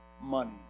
Money